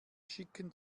schicken